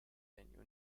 regno